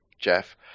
Jeff